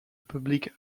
public